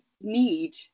need